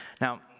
Now